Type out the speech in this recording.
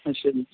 ਅੱਛਾ ਜੀ